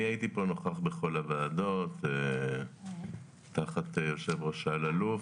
אני הייתי פה נוכח בכל הוועדות תחת היושב-ראש אלאלוף.